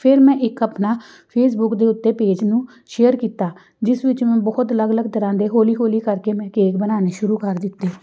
ਫਿਰ ਮੈਂ ਇੱਕ ਆਪਣਾ ਫੇਸਬੁੱਕ ਦੇ ਉੱਤੇ ਪੇਜ ਨੂੰ ਸ਼ੇਅਰ ਕੀਤਾ ਜਿਸ ਵਿੱਚ ਮੈਂ ਬਹੁਤ ਅਲੱਗ ਤਰ੍ਹਾਂ ਦੇ ਹੌਲੀ ਹੌਲੀ ਕਰਕੇ ਮੈਂ ਕੇਕ ਬਣਾਉਣੇ ਸ਼ੁਰੂ ਕਰ ਦਿੱਤੇ